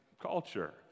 culture